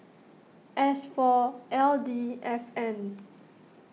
S four L D F N